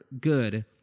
good